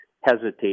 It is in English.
hesitate